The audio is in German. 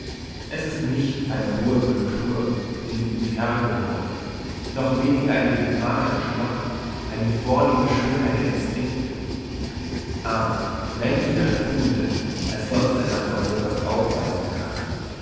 es ist nicht eine hohe cultur die mit ihm herr geworden noch weniger ein delikater geschmack eine vornehme schönheit der instinkte aber männlichere tugenden als sonst ein land europa's aufweisen kann